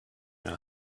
know